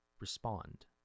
respond